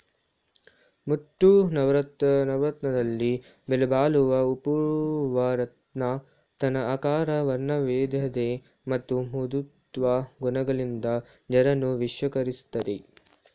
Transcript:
ಮುತ್ತು ನವರತ್ನದಲ್ಲಿ ಬೆಲೆಬಾಳುವ ಅಪೂರ್ವ ರತ್ನ ತನ್ನ ಆಕಾರ ವರ್ಣವೈವಿಧ್ಯತೆ ಮತ್ತು ಮೃದುತ್ವ ಗುಣಗಳಿಂದ ಜನರನ್ನು ವಶೀಕರಿಸ್ತದೆ